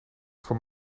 voor